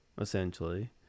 essentially